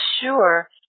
sure